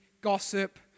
gossip